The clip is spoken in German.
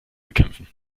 bekämpfen